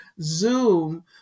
Zoom